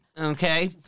okay